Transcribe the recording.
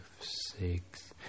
Six